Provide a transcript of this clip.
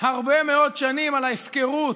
הרבה מאוד שנים על ההפקרות,